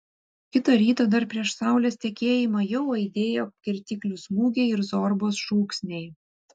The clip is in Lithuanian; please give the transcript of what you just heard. kitą rytą dar prieš saulės tekėjimą jau aidėjo kirtiklių smūgiai ir zorbos šūksniai